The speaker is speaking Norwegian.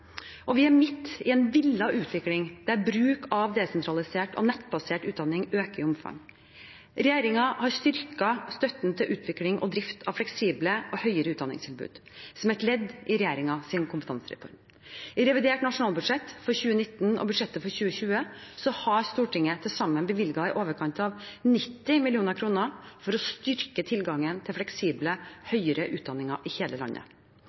Vi er midt i en villet utvikling der bruk av desentralisert og nettbasert utdanning øker i omfang. Regjeringen har styrket støtten til utvikling og drift av fleksible og høyere utdanningstilbud, som et ledd i regjeringens kompetansereform. I revidert nasjonalbudsjett for 2019 og budsjettet for 2020 bevilget Stortinget til sammen i overkant av 90 mill. kr for å styrke tilgangen til fleksibel høyere utdanning i hele landet.